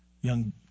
young